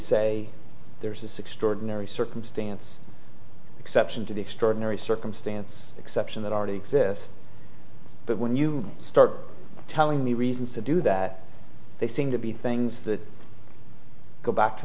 say there's this extraordinary circumstance exception to the extraordinary circumstance exception that already exists but when you start telling me reasons to do that they seem to be things that go back to